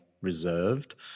reserved